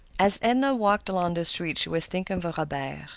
as edna walked along the street she was thinking of robert.